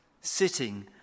sitting